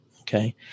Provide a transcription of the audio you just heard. okay